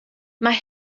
mae